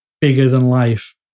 bigger-than-life